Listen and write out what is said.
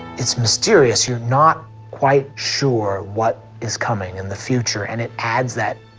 it's mysterious. you're not quite sure what is coming in the future, and it adds that,